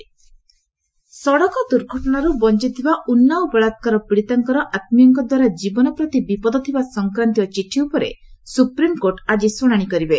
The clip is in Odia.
ଏସ୍ସି ଉନ୍ନାବ ରେପ୍ ସଡ଼କ ଦୁର୍ଘଟଣାରୁ ବଞ୍ଚଥିବା ଉନ୍ନାବ ବଳାକାର ପୀଡ଼ିତାଙ୍କର ଆତ୍କୀୟଙ୍କଦ୍ୱାରା ଜୀବନ ପ୍ରତି ବିପଦ ଥିବା ସଂକ୍ରାନ୍ତୀୟ ଚିଠି ଉପରେ ସୁପ୍ରିମ୍କୋର୍ଟ ଆଜି ଶୁଣାଣି କରିବେ